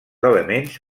elements